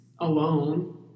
alone